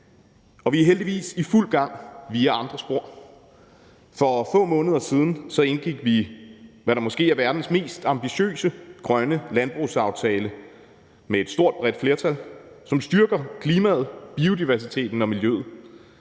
Vi er heldigvis i fuld gang via andre spor. For få måneder siden indgik vi med et stort bredt flertal, hvad der måske er verdens mest ambitiøse grønne landbrugsaftale, som styrker klimaet, biodiversiteten og miljøet.